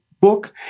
book